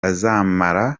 azamara